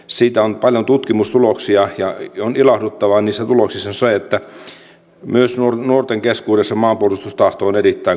siitä on paljon tutkimustuloksia ja ilahduttavaa niissä tuloksissa on se että myös nuorten keskuudessa maanpuolustustahto on erittäin korkealla